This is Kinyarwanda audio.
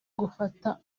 gufata